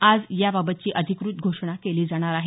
आज याबाबतची अधिकृत घोषणा केली जाणार आहे